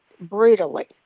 brutally